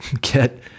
get